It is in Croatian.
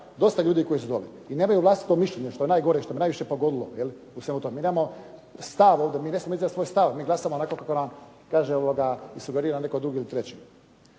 dosta ljudi koji su zvali i nemaju vlastito mišljenje što je najgore i što me najviše pogodilo jeli u svemu tom. Mi nemamo svoj stav ovdje, mi ne smijemo iznijeti svoj stav mi glasamo kako nam kaže netko ili sugerira netko drugi ili treći.